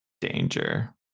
danger